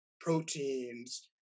proteins